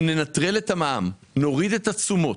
אם ננטרל את המע"מ, נוריד את התשומות,